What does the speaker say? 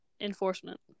enforcement